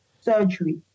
surgery